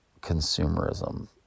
consumerism